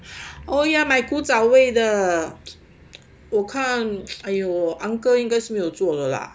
oh ya 卖古早味的我看哎哟 uncle 应该是没有做了啦